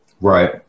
Right